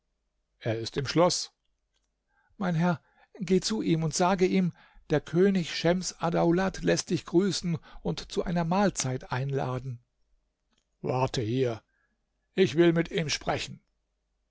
er ist im schloß mein herr geh zu ihm und sagte ihm der könig schems addaulat läßt dich grüßen und zu einer mahlzeit einladen warte hier ich will mit ihm sprechen